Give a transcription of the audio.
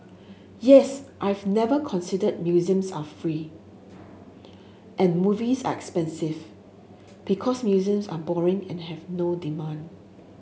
yes I've never considered museums are free and movies are expensive because museums are boring and have no demand